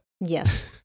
Yes